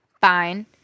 fine